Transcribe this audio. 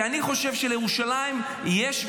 כי אני חושב שלירושלים יש,